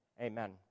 amen